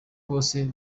bose